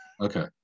okay